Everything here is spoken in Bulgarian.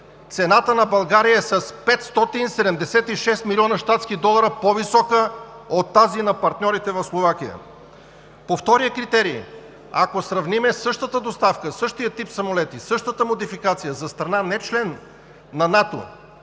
цената на България е с 576 млн. щатски долара по-висока от тази на партньорите в Словакия. По втория критерий, ако сравним същата доставка, същия тип самолети, същата модификация за страна нечлен на НАТО,